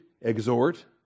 exhort